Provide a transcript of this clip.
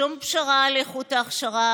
שום פשרה על איכות ההכשרה